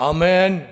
Amen